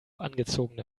angezogene